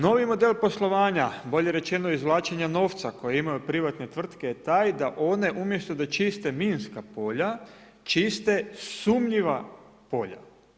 Novi model poslovanja, bolje rečeno izvlačenja novca koji imaju privatne tvrtke je taj da one umjesto da čiste minska polja čiste sumnjiva polja.